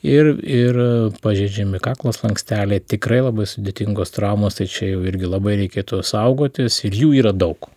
ir ir pažeidžiami kaklo slanksteliai tikrai labai sudėtingos traumos tai čia jau irgi labai reikėtų saugotis ir jų yra daug